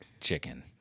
chicken